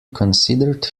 considered